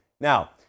Now